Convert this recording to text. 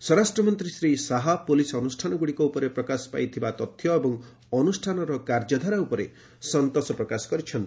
ସ୍ୱରାଷ୍ଟ୍ରମନ୍ତ୍ରୀ ଶ୍ରୀ ଶାହା ପୁଲିସ୍ ଅନୁଷ୍ଠାନଗୁଡ଼ିକ ଉପରେ ପ୍ରକାଶ ପାଇଥିବା ତଥ୍ୟ ଏବଂ ଅନୁଷ୍ଠାନର କାର୍ଯ୍ୟଧାରା ଉପରେ ସନ୍ତୋଷ ପ୍ରକାଶ କରିଛନ୍ତି